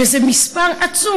וזה מספר עצום.